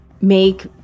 Make